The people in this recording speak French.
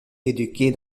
éduquée